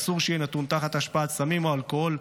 אסור שיהיה נתון תחת השפעת סמים או אלכוהול,